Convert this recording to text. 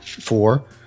four